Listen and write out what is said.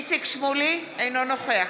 אינו נוכח